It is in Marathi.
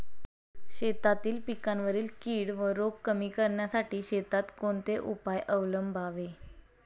शेतातील पिकांवरील कीड व रोग कमी करण्यासाठी शेतात कोणते उपाय अवलंबावे?